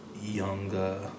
Younger